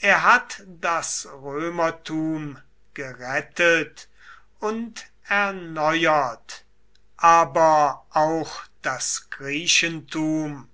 er hat das römertum gerettet und erneuert aber auch das griechentum